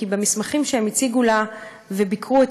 כי במסמכים שהם הציגו לה וביקרו את